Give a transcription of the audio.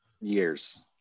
years